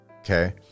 Okay